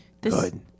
Good